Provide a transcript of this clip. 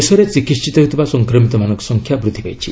ଦେଶରେ ଚିକିିିିତ ହେଉଥିବା ସଂକ୍ରମିତମାନଙ୍କ ସଂଖ୍ୟା ବୂଦ୍ଧି ପାଇଛି